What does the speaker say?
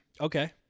Okay